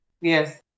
Yes